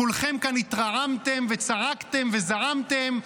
כולכם כאן התרעמתם וצעקתם וזעמתם.